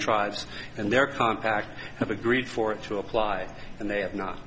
tribes and their compact have agreed for it to apply and they have not